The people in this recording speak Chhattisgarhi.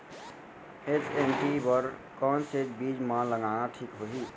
एच.एम.टी बर कौन से बीज मा लगाना ठीक होही?